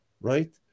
right